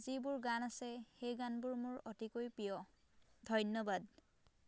যিবোৰ গান আছে সেই গানবোৰ মোৰ অতিকৈ প্ৰিয় ধন্যবাদ